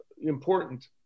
important